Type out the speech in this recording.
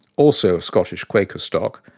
also of scottish quaker stock,